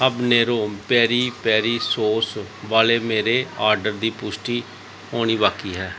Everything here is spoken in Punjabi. ਹਬਨੇਰੋ ਪੇਰੀ ਪੇਰੀ ਸੋਸ ਵਾਲੇ ਮੇਰੇ ਆਰਡਰ ਦੀ ਪੁਸ਼ਟੀ ਹੋਣੀ ਬਾਕੀ ਹੈ